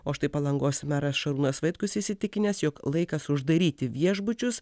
o štai palangos meras šarūnas vaitkus įsitikinęs jog laikas uždaryti viešbučius